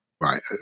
Right